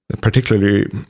particularly